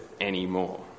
anymore